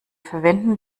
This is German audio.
verwenden